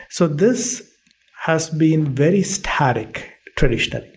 so, this has been very static to reach them.